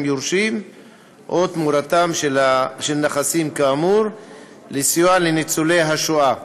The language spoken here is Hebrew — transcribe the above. יורשים או תמורתם של נכסים כאמור לסיוע לניצולי השואה.